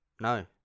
No